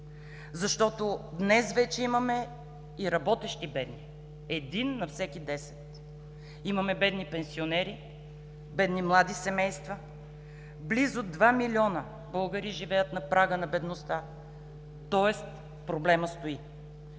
защото днес вече имаме и работещи бедни – един на всеки десет. Имаме бедни пенсионери, бедни млади семейства. Близо два милиона българи живеят на прага на бедността, тоест проблемът стои.